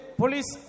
police